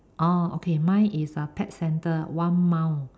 okay mine is a pet center one mile